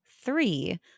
three